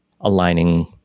aligning